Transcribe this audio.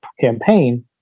campaign